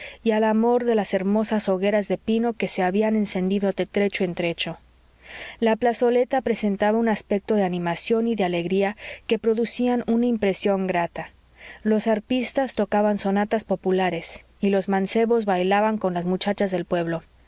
y al amor de las hermosas hogueras de pino que se habían encendido de trecho en trecho la plazoleta presentaba un aspecto de animación y de alegría que producían una impresión grata los arpistas tocaban sonatas populares y los mancebos bailaban con las muchachas del pueblo